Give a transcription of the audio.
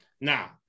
Now